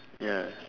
ya